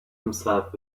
himself